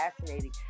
fascinating